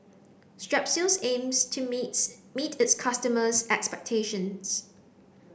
strepsils aims to meets meet its customers' expectations